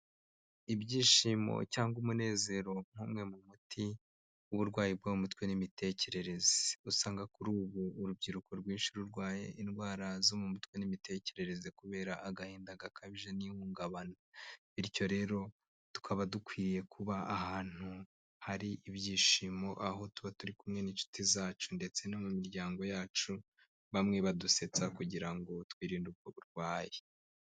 Ibyishimo cyangwa umunezero nk'umwe mu muti w'uburwayi bwo mutwe n'imitekerereze, usanga kuri ubu urubyiruko rwinshi rurwaye indwara zo mutwe n'imitekerereze kubera agahinda gakabije n'ihungabana, bityo rero tukaba dukwiye kuba ahantu hari ibyishimo aho tuba turi kumwe n'inshuti zacu ndetse no mu miryango yacu bamwe badusetsa kugira ngo twirinde ubwo burwayi.